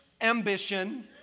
ambition